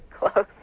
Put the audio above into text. Close